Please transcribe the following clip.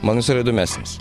man jis yra įdomesnis